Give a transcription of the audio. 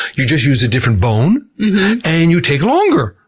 you just use a different bone and you take longer.